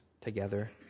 together